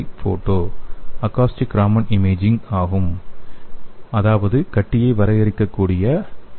ஐ photo acoustic Raman imaging ஆகும் அதாவது கட்டியை வரையறுக்கக்கூடிய எம்